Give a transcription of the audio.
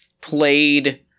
played